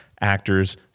actors